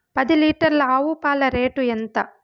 పది లీటర్ల ఆవు పాల రేటు ఎంత?